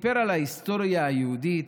סיפר על ההיסטוריה היהודית